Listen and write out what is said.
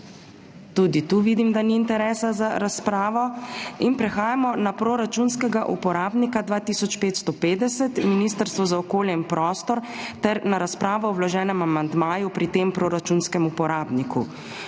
Tudi tu vidim, da ni interesa za razpravo. Prehajamo na proračunskega uporabnika 2550 Ministrstvo za okolje in prostor ter na razpravo o vloženem amandmaju pri tem proračunskem uporabniku.